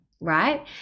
Right